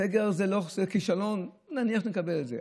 סגר זה לא כישלון, נניח שנקבל את זה.